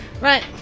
right